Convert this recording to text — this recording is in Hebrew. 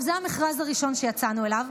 זה המכרז הראשון שיצאנו אליו,